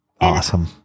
Awesome